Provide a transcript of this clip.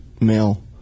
male